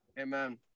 amen